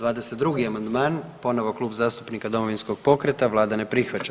22. amandman ponovo Klub zastupnika Domovinskog pokreta, Vlada ne prihvaća.